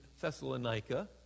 Thessalonica